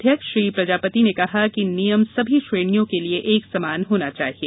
अध्यक्ष श्री प्रजापति ने कहा कि नियम सभी श्रेणियों के लिए एक समान होना चाहिए